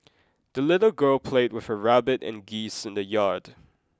the little girl played with her rabbit and geese in the yard